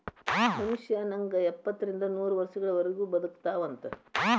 ಮನುಷ್ಯ ನಂಗ ಎಪ್ಪತ್ತರಿಂದ ನೂರ ವರ್ಷಗಳವರಗು ಬದಕತಾವಂತ